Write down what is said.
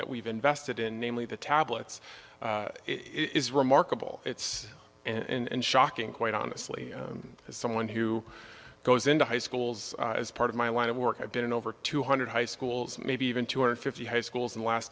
that we've invested in namely the tablets it is remarkable it's and shocking quite honestly as someone who goes into high schools as part of my line of work i've been in over two hundred high schools maybe even two hundred fifty high schools in the last